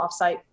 offsite